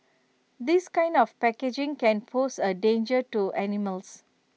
this kind of packaging can pose A danger to animals